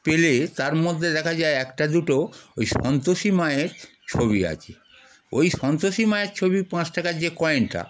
পেলে তার মধ্যে দেখা যায় একটা দুটো ওই সন্তোষী মায়ের ছবি আছে ওই সন্তোষী মায়ের ছবি পাঁচ টাকার যে কয়েনটা